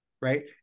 Right